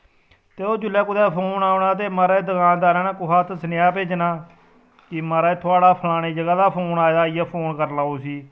ते ओह् जेल्लै कुतै फोन औना ते महाराज दकानदारै ने कुहै हत्थ सनेहा भेजना कि महाराज थुआढ़ा फलानी जगह् दा फोन आए दा आइयै फोन करी लेऔ उसी